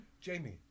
Jamie